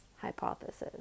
hypothesis